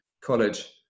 College